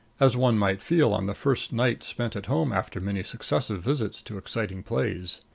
as one might feel on the first night spent at home after many successive visits to exciting plays.